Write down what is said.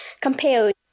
compared